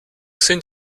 sind